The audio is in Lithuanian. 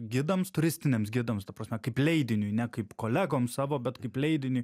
gidams turistiniams gidams ta prasme kaip leidiniui ne kaip kolegoms savo bet kaip leidiniui